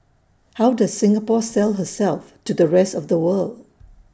how does Singapore sell herself to the rest of the world